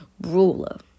ruler